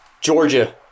Georgia